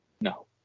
No